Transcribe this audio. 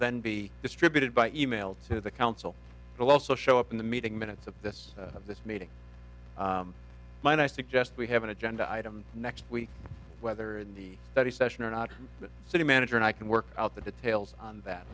then be distributed by email to the council will also show up in the meeting minutes of this of this meeting might i suggest we have an agenda item next week whether in the study session or not the city manager and i can work out the details on that